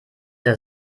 der